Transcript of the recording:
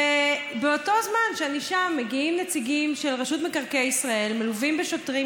ובאותו זמן שאני שם מגיעים נציגים של רשות מקרקעי ישראל מלווים בשוטרים,